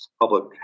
public